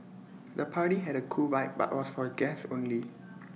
the party had A cool vibe but for guests only